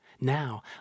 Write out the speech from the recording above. Now